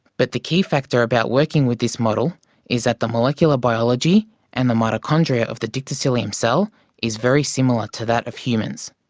but the key factor about working with this model is is that the molecular biology and the mitochondria of the dictyostelium cell is very similar to that of humans,